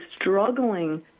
struggling